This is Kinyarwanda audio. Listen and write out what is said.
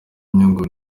inyungu